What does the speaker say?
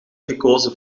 gekozen